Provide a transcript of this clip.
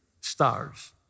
Stars